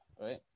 right